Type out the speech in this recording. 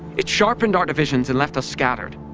it sharpened our divisions and left us scattered,